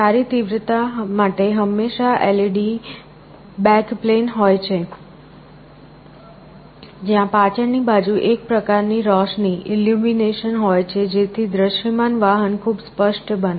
સારી તીવ્રતા માટે હંમેશા LED બેક પ્લેન હોય છે જ્યાં પાછળ ની બાજુ એક પ્રકાર ની રોશની હોય છે જેથી દ્દશ્યમાન વાહન ખૂબ સ્પષ્ટ બને